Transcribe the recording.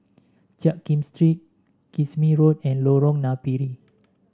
Jiak Kim Street Kismis Road and Lorong Napiri